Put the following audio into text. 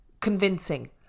convincing